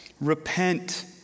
Repent